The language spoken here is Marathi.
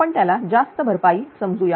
आपण त्याला जास्त भरपाई समजू या